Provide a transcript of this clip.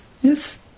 Yes